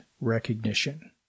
recognition